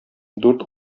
дүрт